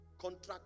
Contract